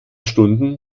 stunden